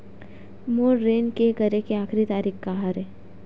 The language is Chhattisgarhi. मोर ऋण के करे के आखिरी तारीक का हरे?